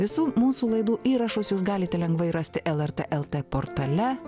visų mūsų laidų įrašus jūs galite lengvai rasti lrt lt portale